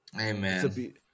amen